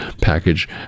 package